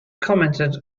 commented